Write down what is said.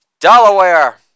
Delaware